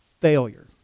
failure